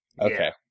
Okay